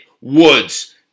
Woods